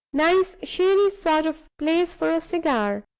nice shady sort of place for a cigar,